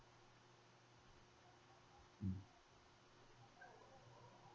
mm